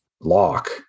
lock